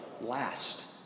last